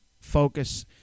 focus